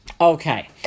okay